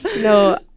No